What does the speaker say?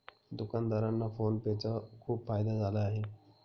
दुकानदारांना PhonePe चा खूप फायदा झाला आहे